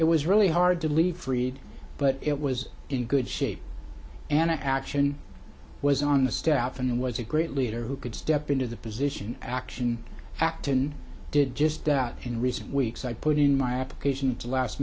it was really hard to leave fried but it was in good shape and action was on the staff and was a great leader who could step into the position action acton did just that in recent weeks i put in my application to last